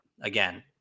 again